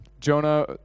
Jonah